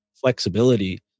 flexibility